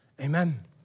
Amen